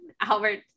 Albert